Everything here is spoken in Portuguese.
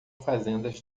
fazendas